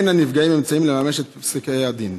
אין לנפגעים אמצעים לממש את פסקי הדין.